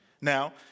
Now